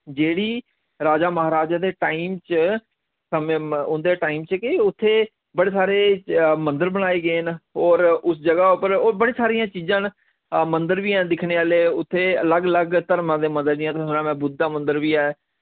जेह्ड़ी राजा महाराजा दे टाइम च समें उंदे टाइम च के उत्थे बड़े सारे मंदर बनाए गे न और उस जगह उप्पर और बड़ी सरियां चीजां न मंदर वी हैन दिक्खने आह्ले उत्थे अलग अलग धर्मा दे मंदर जि'यां तुसें सनाया में बुद्ध दा मंदर वी ऐ